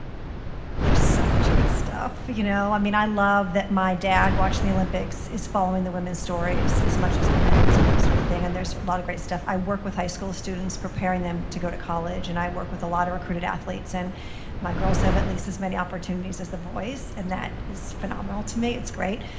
there's so much good stuff. you know i mean i love that my dad watching the olympics is following the women's stories as much as the men's and that sort of thing. and there's a lot of great stuff. i work with high school students preparing them to go to college. and i work with a lot of recruited athletes. and my girls have at least as many opportunities as the boys, and that is phenomenal to me, it's great.